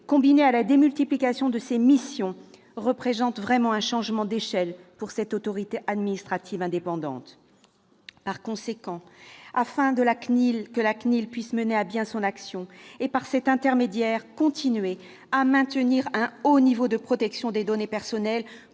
combinée à la démultiplication de ses missions, représente vraiment un changement d'échelle pour cette autorité administrative indépendante. Par conséquent, afin que la CNIL puisse mener à bien son action et que, par son intermédiaire, nous continuions à maintenir un haut niveau de protection des données personnelles,